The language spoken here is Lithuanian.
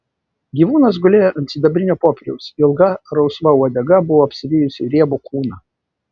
gyvūnas gulėjo ant sidabrinio popieriaus ilga rausva uodega buvo apsivijusi riebų kūną